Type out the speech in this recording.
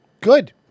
good